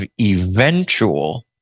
eventual